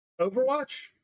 Overwatch